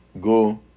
go